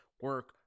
Work